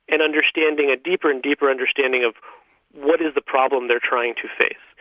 and understanding a deeper and deeper understanding of what is the problem they're trying to face?